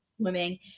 swimming